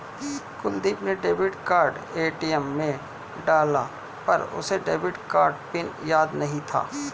कुलदीप ने debit card ATM में डाला पर उसे डेबिट कार्ड पिन याद नहीं था